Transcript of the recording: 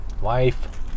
wife